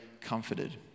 comforted